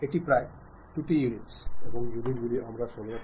ആശയവിനിമയം ഇല്ലാത്ത ഒരു നിമിഷവും ഉണ്ടാവില്ലെന്ന് നമുക്ക് പറയാൻ കഴിയും